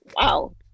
Wow